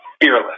fearless